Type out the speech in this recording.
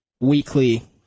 weekly